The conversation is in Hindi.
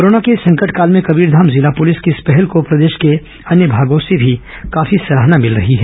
कोरोना के इस संकटकाल में कबीरधाम जिला पुलिस की इस पहल को प्रदेश के अन्य भागों से भी काफी सराहना मिल रही है